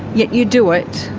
yet you do it.